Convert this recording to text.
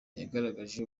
yagaragaje